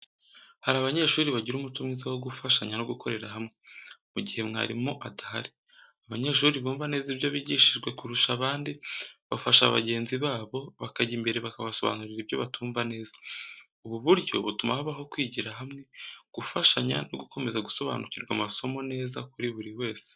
Hari abanyeshuri bagira umuco mwiza wo gufashanya no gukorera hamwe. Mu gihe mwarimu adahari, abanyeshuri bumva neza ibyo bigishijwe kurusha abandi bafasha bagenzi babo, bakajya imbere bakabasobanurira ibyo batumva neza. Ubu buryo butuma habaho kwigira hamwe, gufashanya, no gukomeza gusobanukirwa amasomo neza kuri buri wese.